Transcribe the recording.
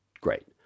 great